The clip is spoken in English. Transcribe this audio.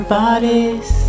bodies